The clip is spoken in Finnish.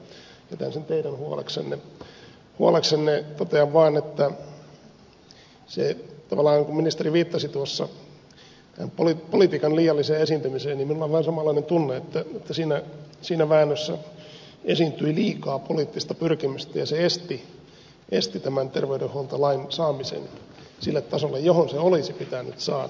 totean vaan että kun ministeri tavallaan viittasi tuossa politiikan liialliseen esiintymiseen niin minulla on vähän samanlainen tunne että siinä väännössä esiintyi liikaa poliittista pyrkimystä ja se esti tämän terveydenhuoltolain saamisen sille tasolle johon se olisi pitänyt saada